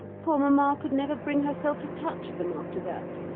poor mamma could never bring herself to touch them after that.